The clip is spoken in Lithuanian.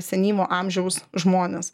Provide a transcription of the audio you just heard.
senyvo amžiaus žmones